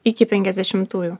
iki penkiasdešimtųjų